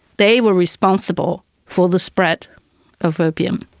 they were responsible for the spread of opium.